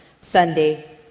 Sunday